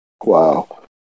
Wow